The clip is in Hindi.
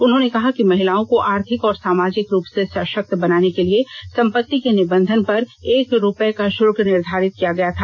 उन्होंने कहा कि महिलाओं को आर्थिक और सामाजिक रूप से सषक्त बनाने के लिए संपत्ति के निबंधन पर एक रुपए का शुल्क निर्धारित किया गया था